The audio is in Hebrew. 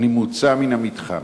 אני מוצא מהמתחם.